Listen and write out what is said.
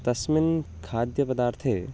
तस्मिन् खाद्यपदार्थे